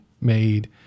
made